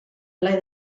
ple